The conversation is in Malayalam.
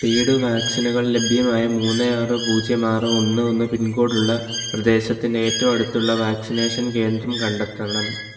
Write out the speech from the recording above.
പേയ്ഡ് വാക്സിനുകൾ ലഭ്യമായ മൂന്ന് ആറ് പൂജ്യം ആറ് ഒന്ന് ഒന്ന് പിൻകോഡ് ഉള്ള പ്രദേശത്തിന്റെ ഏറ്റവും അടുത്തുള്ള വാക്സിനേഷൻ കേന്ദ്രം കണ്ടെത്തണം